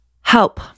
Help